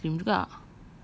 dia pun makan ice cream juga